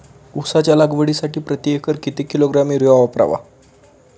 उसाच्या लागवडीसाठी प्रति एकर किती किलोग्रॅम युरिया वापरावा?